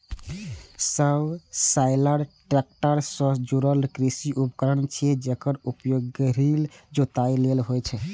subsoiler tractor सं जुड़ल कृषि उपकरण छियै, जेकर उपयोग गहींर जोताइ लेल होइ छै